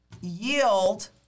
yield